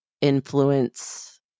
influence